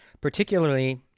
particularly